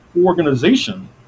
organization